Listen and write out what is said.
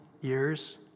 years